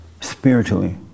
spiritually